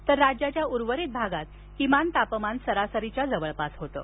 तर राज्याच्या उर्वरित भागात किमान तापमान सरासरीच्या जवळपास होतं